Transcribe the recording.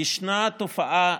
ישנה תופעה,